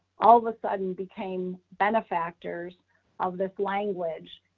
all of a sudden became benefactors of this language.